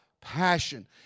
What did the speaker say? Passion